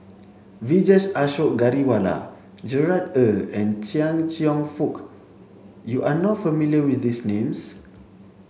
Vijesh Ashok Ghariwala Gerard Ee and Chia Cheong Fook you are not familiar with these names